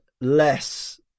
less